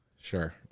Sure